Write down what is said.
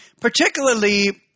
particularly